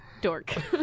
dork